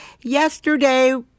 Yesterday